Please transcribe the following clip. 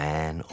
Man